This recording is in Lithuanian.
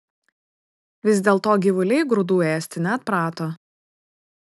vis dėlto gyvuliai grūdų ėsti neatprato